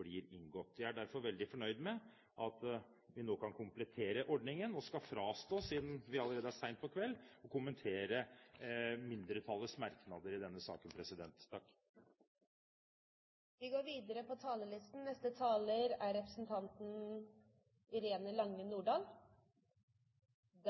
blir inngått. Jeg er derfor veldig fornøyd med at vi nå kan komplettere ordningen, og skal – siden det allerede er sent på kveld – avstå fra å kommentere mindretallets merknader i denne saken. Innledningsvis vil jeg vise til det representanten Terje Aasland nå la fram,